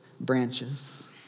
branches